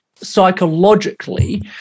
Psychologically